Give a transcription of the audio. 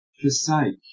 forsake